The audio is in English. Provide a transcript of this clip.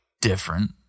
different